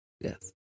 Yes